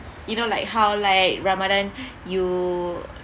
you know like how like ramadhan you